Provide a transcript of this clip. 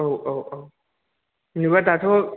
औ औ औ जेनेबा दाथ'